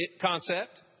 concept